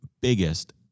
biggest